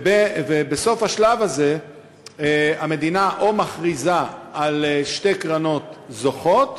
ובסוף השלב הזה המדינה מכריזה על שתי קרנות זוכות,